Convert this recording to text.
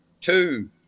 Two